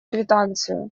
квитанцию